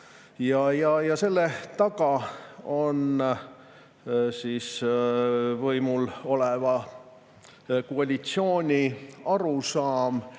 Selle taga on võimul oleva koalitsiooni arusaam